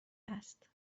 هست